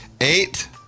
Eight